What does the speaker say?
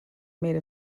made